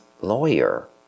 lawyer